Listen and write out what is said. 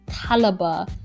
caliber